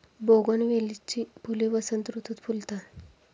बोगनवेलीची फुले वसंत ऋतुत फुलतात